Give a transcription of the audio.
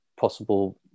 possible